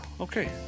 Okay